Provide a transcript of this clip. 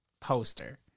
poster